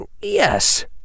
Yes